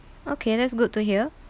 okay that's good to hear